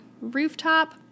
Rooftop